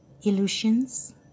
illusions